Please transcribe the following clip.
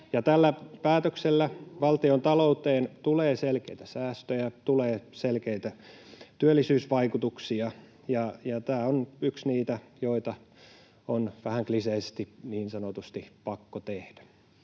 tällä päätöksellä valtiontalouteen tulee selkeitä säästöjä, tulee selkeitä työllisyysvaikutuksia, ja tämä on yksi niitä, joita on vähän kliseisesti, niin sanotusti, pakko tehdä.